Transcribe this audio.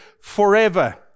forever